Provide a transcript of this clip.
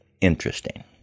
interesting